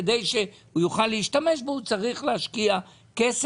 כדי שהוא יוכל להשתמש בו הוא צריך להשקיע כסף,